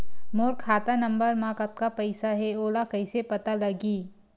मोर खाता नंबर मा कतका पईसा हे ओला कइसे पता लगी?